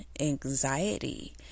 anxiety